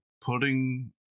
putting –